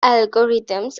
algorithms